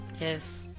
yes